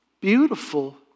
beautiful